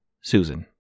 Susan